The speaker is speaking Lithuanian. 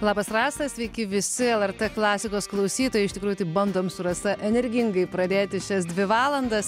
labas rasa sveiki visi lrt klasikos klausytojai iš tikrųjų tai bandom su rasa energingai pradėti šias dvi valandas